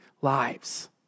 lives